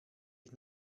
ich